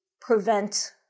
prevent